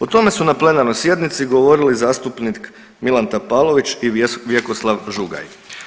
O tome su na plenarnoj sjednici govorili zastupnik Milan Tapalović i Vjekoslav Žugaj.